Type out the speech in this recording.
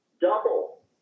double